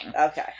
Okay